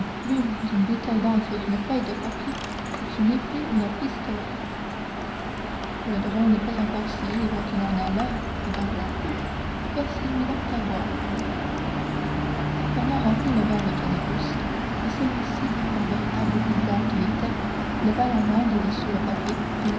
plume d'une bouteille d'encre et d'une feuille de papier que d'une épée ou d'un pistolet le drôle n'est pas encore si ivre qu'il en a l'air dit danglars versez lui donc à boire fernand fernand remplit le verre de caderousse et celui-ci en véritable buveur qu'il était leva la main de dessus le papier